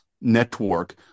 network